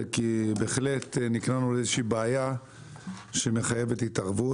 זה כי בהחלט נקלענו לאיזושהי בעיה שמחייבת התערבות.